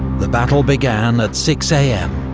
the battle began at six am,